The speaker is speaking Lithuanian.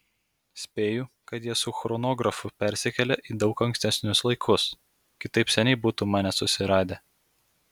spėju kad jie su chronografu persikėlė į daug ankstesnius laikus kitaip seniai būtų mane susiradę